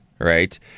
right